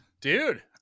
dude